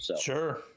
Sure